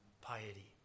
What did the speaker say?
piety